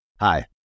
Hi